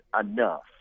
enough